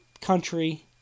country